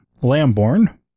Lamborn